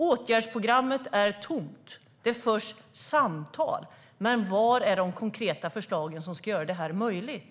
Åtgärdsprogrammet är tomt. Det förs samtal, men var finns de konkreta förslagen som ska göra det möjligt?